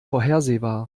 vorhersehbar